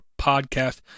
podcast